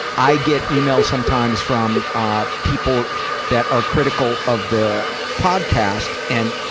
i get emails sometimes from, ah, people that are critical of the podcast. and,